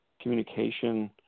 communication